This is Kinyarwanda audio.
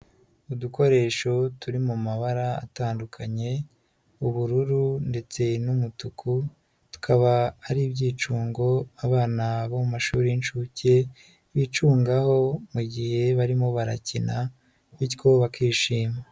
Udukoresho turi mu mabara atandukanye, ubururu ndetse n'umutuku, tukaba ari ibyicungo abana bo mu mashuri y'incuke bicungaho mu gihe barimo barakina bityo bakishima.